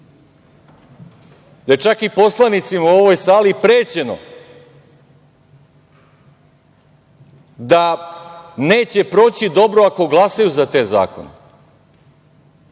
da je čak i poslanicima u ovoj sali prećeno da neće proći dobro, ako glasaju za te zakone,